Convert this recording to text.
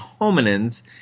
hominins